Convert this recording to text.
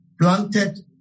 planted